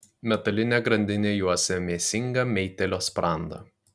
metalinė grandinė juosia mėsingą meitėlio sprandą